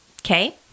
Okay